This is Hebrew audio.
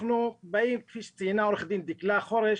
כפי שציינה עו"ד דקלה חורש,